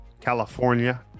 California